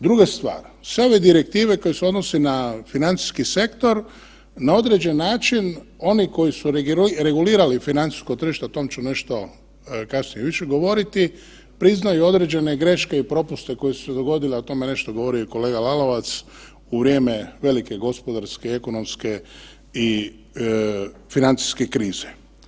Druga stvar, sve ove direktive koje se odnose na financijski sektor na određen način oni koji su regulirali financijsko tržište, o tom ću nešto kasnije više govoriti, priznaju određene greške i propuste koji su se dogodili, a o tome je nešto govorio i kolega Lalovac, u vrijeme velike gospodarske i ekonomske i financijske krize.